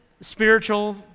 spiritual